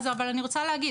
אבל אני רוצה להגיד,